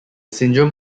syndrome